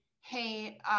hey